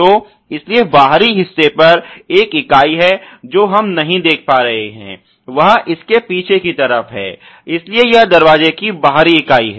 तो इसलिए बाहरी हिस्से पर एक इकाई है जो हम नहीं देख पा रहे हैं वह इस के पीछे की तरफ है इसलिए यह दरवाजे की बाहरी इकाई है